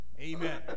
Amen